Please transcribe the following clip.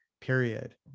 period